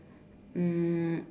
um